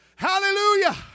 Hallelujah